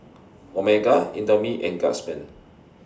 Omega Indomie and Guardsman